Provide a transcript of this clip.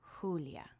Julia